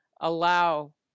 allow